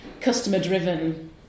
customer-driven